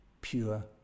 pure